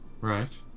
Right